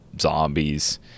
zombies